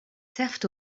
servent